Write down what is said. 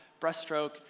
breaststroke